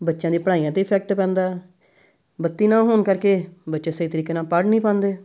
ਬੱਚਿਆਂ ਦੀ ਪੜ੍ਹਾਈਆਂ 'ਤੇ ਇਫੈਕਟ ਪੈਂਦਾ ਬੱਤੀ ਨਾ ਹੋਣ ਕਰਕੇ ਬੱਚੇ ਸਹੀ ਤਰੀਕੇ ਨਾਲ ਪੜ੍ਹ ਨਹੀਂ ਪਾਉਂਦੇ